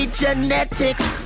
genetics